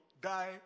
die